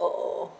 oh